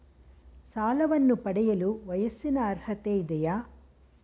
ಸಾಲವನ್ನು ಪಡೆಯಲು ವಯಸ್ಸಿನ ಅರ್ಹತೆ ಇದೆಯಾ?